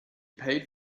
paid